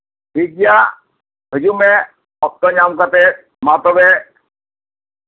ᱴᱷᱤᱠ ᱜᱮᱭᱟ ᱦᱤᱡᱩᱜ ᱢᱮ ᱚᱠᱛᱚ ᱧᱟᱢ ᱠᱟᱛᱮ ᱢᱮ ᱛᱚᱵᱮ